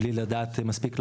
בלי לדעת מספיק לעומק,